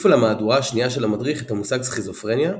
הוסיפו למהדורה השנייה של המדריך את המושג "סכיזופרניה,